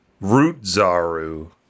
Root-Zaru